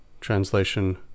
Translation